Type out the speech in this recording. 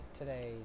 today